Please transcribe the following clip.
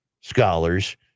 scholars